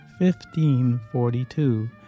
1542